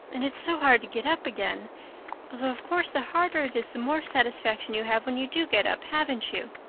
and it's so hard to get up again although of course the harder it is the more satisfaction you have when you do get up, haven't you?